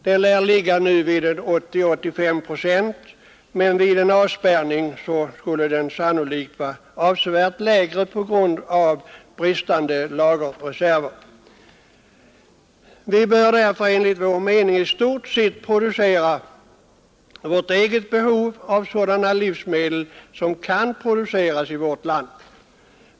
Den lär nu ligga vid 80—85 procent, men vid en avspärrning skulle den sannolikt vara avsevärt lägre på grund av bristande lagerreserver. Vi bör därför enligt vår mening i stort sett producera vårt eget behov av sådana livsmedel som kan produceras i vårt land.